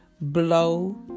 blow